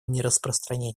нераспространения